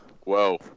Whoa